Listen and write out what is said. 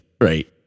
Right